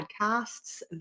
podcasts